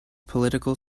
political